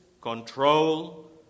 control